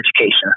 education